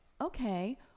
okay